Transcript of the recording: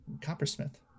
coppersmith